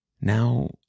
Now